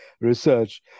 research